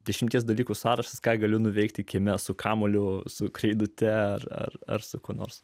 dešimties dalykų sąrašas ką galiu nuveikti kieme su kamuoliu su kreidute ar ar su kuo nors